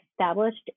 established